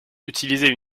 utiliser